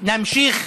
נמשיך